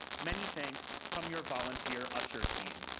many thanks from your volunteer usher team.